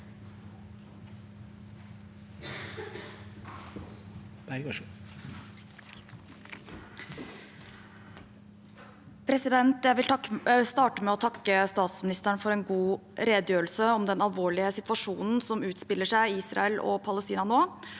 Jeg vil starte med å takke statsministeren for en god redegjørelse om den alvorlige situasjonen som utspiller seg i Israel og Palestina nå,